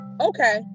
okay